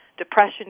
Depression